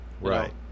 Right